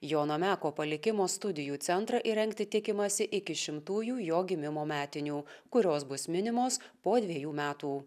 jono meko palikimo studijų centrą įrengti tikimasi iki šimtųjų jo gimimo metinių kurios bus minimos po dvejų metų